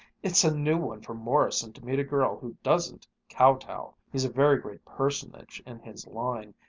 it's a new one for morrison to meet a girl who doesn't kowtow. he's a very great personage in his line,